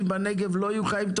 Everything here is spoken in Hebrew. שם?